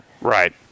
Right